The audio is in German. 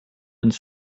ins